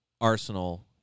Arsenal